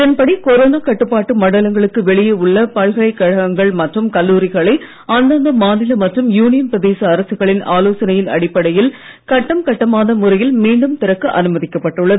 இதன்படி கொரோனா கட்டுப்பாட்டு மண்டலங்களுக்கு வெளியே உள்ள பல்கலைக் கழகங்கள் மற்றும் கல்லூரிகளை அந்தந்த மாநில மற்றும் யூனியன் பிரதேச அரசுகளின் ஆலோசனை அடிப்படையில் கட்டம் கட்டமான முறையில் மீண்டும் திறக்க அனுமதிக்கப் பட்டுள்ளது